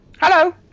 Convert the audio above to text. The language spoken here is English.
Hello